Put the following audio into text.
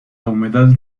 humedad